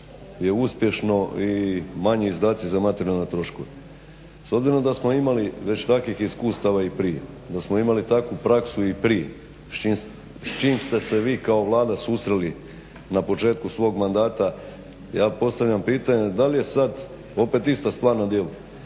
je uspješno i manji izdaci za materijalne troškove. S obzirom da smo imali već takvih iskustava i prije, da smo imali takvu praksu i prije s čime ste se vi kao Vlada susreli na početku svoga mandata. Ja postavljam pitanje da li je sada opet ista stvar na djelu?